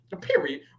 period